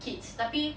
kids tapi